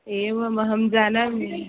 एवमहं जानमि